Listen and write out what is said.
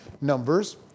numbers